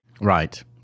Right